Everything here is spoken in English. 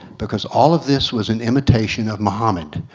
because all of this was an imitation of mohammad,